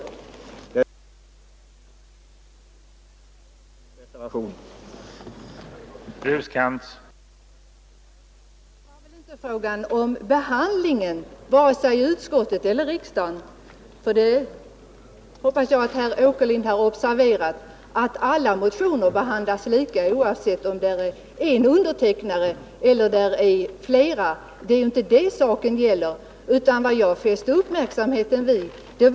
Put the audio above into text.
Jag vidhåller mitt yrkande om bifall till reservationen 11.